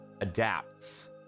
adapts